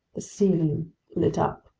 the ceiling lit up.